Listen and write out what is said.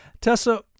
Tessa